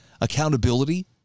accountability